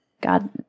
God